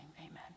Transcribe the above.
amen